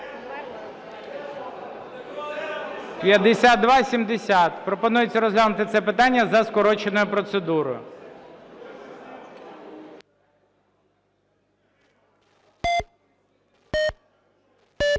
5270, пропонується розглянути це питання за скороченою процедурою.